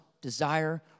desire